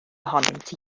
ohonynt